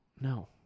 No